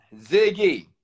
Ziggy